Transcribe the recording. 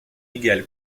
égale